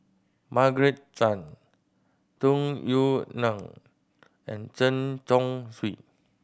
Margaret Chan Tung Yue Nang and Chen Chong Swee